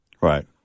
right